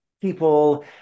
people